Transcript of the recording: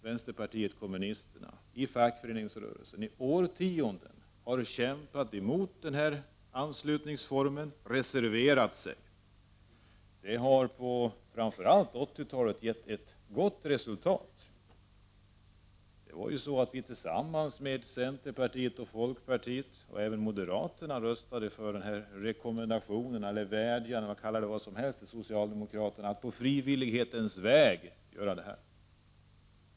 Vänsterpartiet kommunisterna har i fackföreningsrörelsen under årtionden kämpat emot denna anslutningsform; man har reserverat sig. Det har framför allt på 80-talet gett ett gott resultat. Tillsammans med centerpartiet och folkpartiet, och även moderaterna, röstade vi för rekommendationen — eller vädjan, eller kalla det vad som helst — till socialdemokraterna att på frivillighetens väg upphöra med denna anslutningsform.